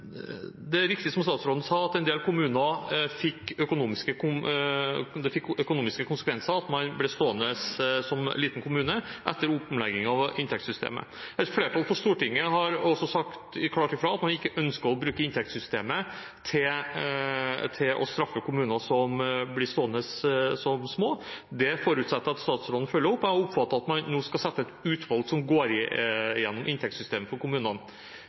Det er riktig som statsråden sa, at det fikk økonomiske konsekvenser for en del kommuner at man ble stående som liten kommune etter omleggingen av inntektssystemet. Et flertall på Stortinget har også sagt klart fra om at man ikke ønsker å bruke inntektssystemet til å straffe kommuner som blir stående som små. Det forutsetter jeg at statsråden følger opp. Jeg oppfatter at man nå skal sette ned et utvalg som går igjennom inntektssystemet i kommunene. Hvilke føringer vil statsråden legge for